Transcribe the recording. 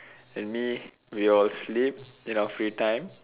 and me we all sleep in our free time